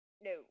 no